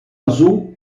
azul